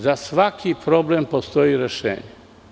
Za svaki problem postoji rešenje.